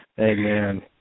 Amen